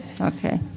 Okay